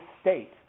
state